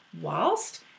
whilst